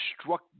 struck